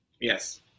Yes